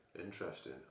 interesting